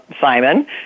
Simon